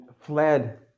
fled